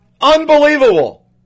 Unbelievable